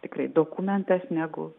tikrai dokumentas negu